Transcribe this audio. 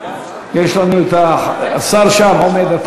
יש לנו, השר עומד שם.